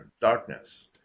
darkness